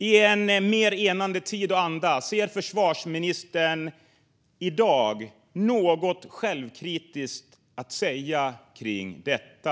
I en mer enande tid och anda undrar jag: Har försvarsministern i dag något självkritiskt att säga kring detta?